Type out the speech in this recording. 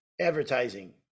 advertising